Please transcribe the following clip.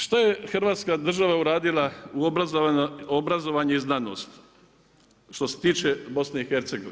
Što je Hrvatska država uradila u obrazovanje i znanost, što se tiče BiH?